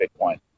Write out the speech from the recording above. Bitcoin